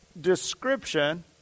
description